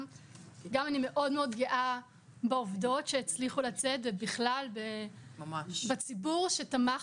אני גם מאוד גאה בעובדות שהצליחו לצאת ובציבור שתמך